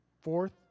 fourth